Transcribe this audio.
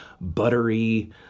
buttery